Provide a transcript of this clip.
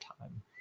time